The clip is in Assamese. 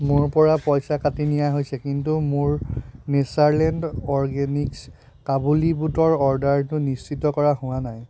মোৰপৰা পইচা কাটি নিয়া হৈছে কিন্তু মোৰ নেচাৰলেণ্ড অৰগেনিক্ছ কাবুলী বুটৰ অৰ্ডাৰটো নিশ্চিত কৰা হোৱা নাই